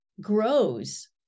grows